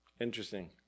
Interesting